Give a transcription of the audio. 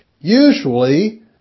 Usually